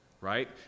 right